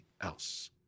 else